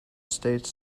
states